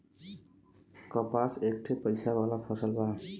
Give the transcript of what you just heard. कपास एक ठे पइसा वाला फसल बा